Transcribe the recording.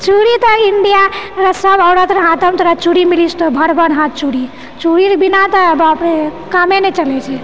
चूड़ी तऽ इन्डिया सब औरतरऽ हाथोमे तोरा चूड़ी मिलि जेतौ भर भर हाथ चूड़ी चूड़ीके बिना तऽ बाप रे कामे नहि चलैत छै